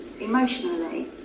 emotionally